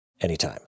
anytime